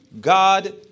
God